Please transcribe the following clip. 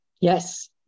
Yes